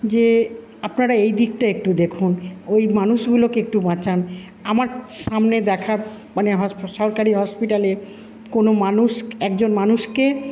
যে আপনারা এই দিকটা একটু দেখুন ওই মানুষগুলোকে একটু বাঁচান আমার সামনে দেখার মানে সরকারি হসপিটালে কোনও মানুষ একজন মানুষকে